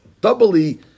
doubly